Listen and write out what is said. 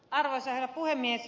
arvoisa herra puhemies